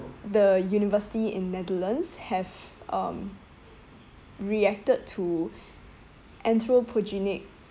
the university in netherlands have um reacted to anthropogenic